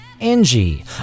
Angie